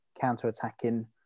counter-attacking